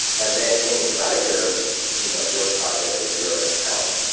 and then inside of your you know your project or your account,